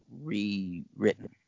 rewritten